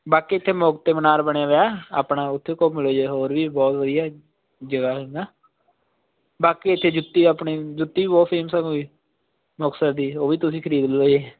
ਬਾਕੀ ਇੱਥੇ ਮੁਕਤ ਮੀਨਾਰ ਬਣੇ ਵੇ ਹੈ ਆਪਣਾ ਉੱਥੇ ਵੀ ਘੁੰਮ ਲਿਓ ਜੇ ਹੋਰ ਵੀ ਬਹੁਤ ਵਧੀਆ ਹੈ ਜਗ੍ਹਾ ਹੈ ਨਾ ਬਾਕੀ ਇੱਥੇ ਜੁੱਤੀ ਆਪਣੀ ਜੁੱਤੀ ਵੀ ਬਹੁਤ ਫੇਮਸ ਹੋਈ ਮੁਕਤਸਰ ਦੀ ਉਹ ਵੀ ਤੁਸੀਂ ਖਰੀਦ ਲਿਓ ਜੀ